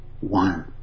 One